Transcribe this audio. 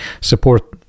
support